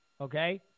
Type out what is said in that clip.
okay